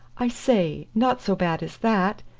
i say, not so bad as that,